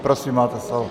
Prosím, máte slovo.